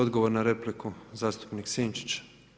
Odgovor na repliku zastupnik Sinčić.